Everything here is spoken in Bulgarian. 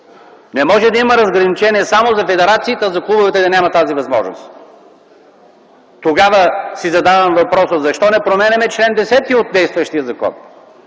Не може да има разграничение само за федерациите, а за клубовете да няма тази възможност. Тогава си задавам въпроса: защо не променяме чл. 10 от действащия закон?